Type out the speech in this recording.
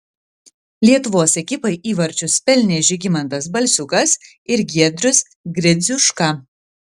lietuvos ekipai įvarčius pelnė žygimantas balsiukas ir giedrius gridziuška